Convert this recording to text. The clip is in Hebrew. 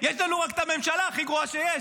יש לנו רק את הממשלה הכי גרועה שיש.